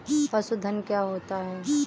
पशुधन क्या होता है?